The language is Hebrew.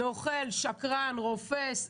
"נוכל", "שקרן", "רופס".